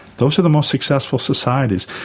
those are the most successful societies.